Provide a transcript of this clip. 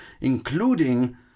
including